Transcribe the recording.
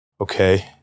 okay